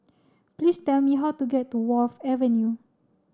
please tell me how to get to Wharf Avenue